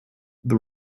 the